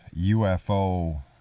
UFO